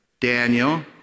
Daniel